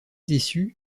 déçu